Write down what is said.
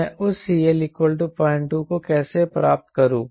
मैं उस CL 02 को कैसे प्राप्त करूं